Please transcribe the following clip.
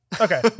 Okay